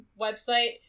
website